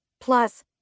Plus